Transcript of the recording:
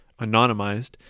anonymized